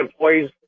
employees